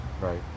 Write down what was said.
Right